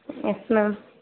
yes ma'am